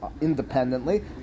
independently